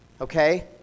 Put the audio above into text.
okay